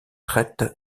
traite